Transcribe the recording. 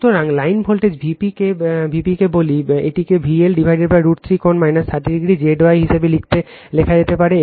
সুতরাং line voltage Vp কে কি বলে এটিকে VL√ 3 কোণ 30oZy হিসাবে লেখা যেতে পারে